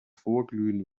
vorglühen